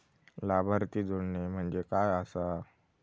लाभार्थी जोडणे म्हणजे काय आसा?